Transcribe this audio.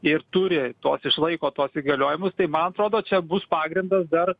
ir turi tuos išlaiko tuos įgaliojimus tai man atrodo čia bus pagrindas dar